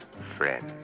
friend